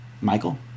Michael